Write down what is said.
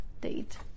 date